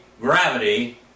gravity